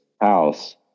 house